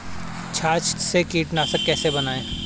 छाछ से कीटनाशक कैसे बनाएँ?